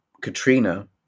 Katrina